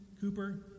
Cooper